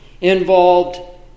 involved